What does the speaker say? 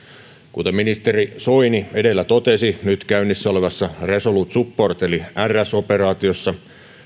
kuten ministeri soini edellä totesi nyt käynnissä olevassa resolute support eli rs operaatiossa